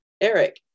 Eric